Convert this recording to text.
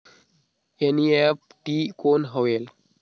NEFT कौन होएल?